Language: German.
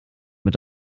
mit